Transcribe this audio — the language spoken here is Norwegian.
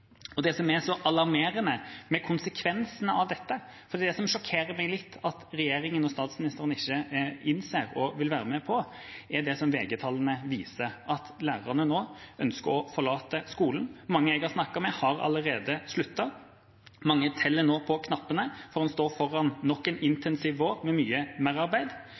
Det som er så alarmerende med konsekvensene av dette – og som det sjokkerer meg litt at regjeringa og statsministeren ikke innser og vil være med på – er det som VG-tallene viser, at lærerne nå ønsker å forlate skolen. Mange jeg har snakket med, har allerede sluttet. Mange teller nå på knappene, for en står foran nok en intensiv vår med nye merarbeid.